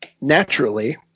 naturally